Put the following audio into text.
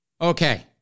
Okay